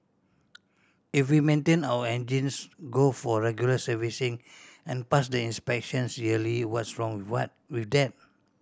if we maintain our engines go for regular servicing and pass the inspections yearly what's wrong what with that